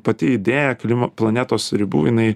pati idėja klima planetos ribų jinai